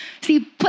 See